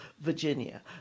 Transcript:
Virginia